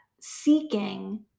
seeking